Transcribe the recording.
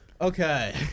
Okay